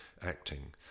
acting